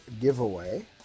giveaway